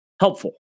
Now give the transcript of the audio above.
helpful